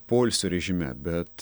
poilsio režime bet